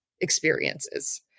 experiences